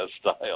style